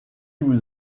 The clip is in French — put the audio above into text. vous